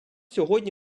сьогодні